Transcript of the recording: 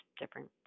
different